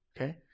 Okay